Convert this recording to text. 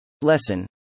Lesson